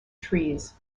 trees